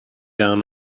down